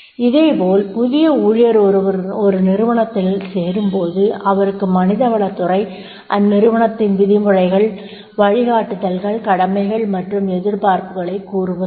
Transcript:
இதேபோல் புதிய ஊழியர் ஒரு நிறுவனத்தில் சேரும்போது அவருக்கு மனிதவளத் துறை அந்நிறுவனத்தின் விதி முறைகள் வழிகாட்டுதல்கள் கடமைகள் மற்றும் எதிர்பார்ப்புகளைக் கூறுவதுண்டு